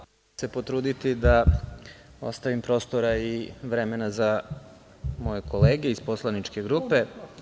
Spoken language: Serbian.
Ja ću se potruditi da ostavim prostora i vremena za moje kolege iz poslaničke grupe.